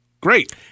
Great